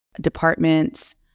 departments